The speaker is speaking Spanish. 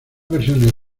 versiones